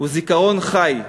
הוא זיכרון חי,